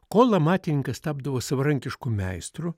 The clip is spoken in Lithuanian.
kol amatininkas tapdavo savarankišku meistru